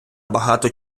багато